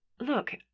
Look